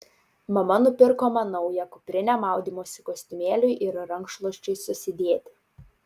mama nupirko man naują kuprinę maudymosi kostiumėliui ir rankšluosčiui susidėti